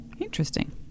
Interesting